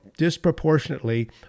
Disproportionately